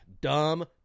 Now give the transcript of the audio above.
dumb